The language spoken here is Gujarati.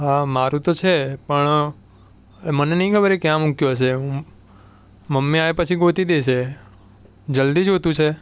હા મારું તો છે પણ મને નથી ખબર એ ક્યાં મૂક્યો છે હું મમ્મી આવે પછી ગોતી દેશે જલ્દી જોઈતું છે